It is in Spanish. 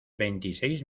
veintiséis